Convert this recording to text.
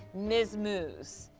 miz mooz,